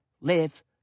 live